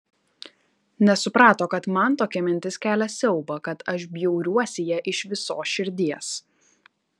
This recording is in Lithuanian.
nesuprato kad man tokia mintis kelia siaubą kad aš bjauriuosi ja iš visos širdies